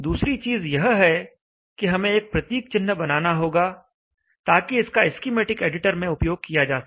दूसरी चीज यह कि हमें एक प्रतीक चिन्ह बनाना होगा ताकि इसका स्कीमेटिक एडिटर में उपयोग किया जा सके